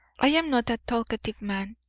i am not a talkative man.